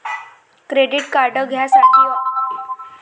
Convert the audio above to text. Credit card घ्यासाठी online form भरन जरुरीच हाय का?